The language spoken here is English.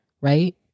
right